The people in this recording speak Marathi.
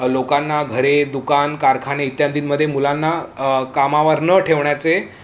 ल लोकांना घरे दुकान कारखाने इत्यादीमध्ये मुलांना कामावर न ठेवण्याचे